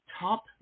top